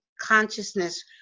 consciousness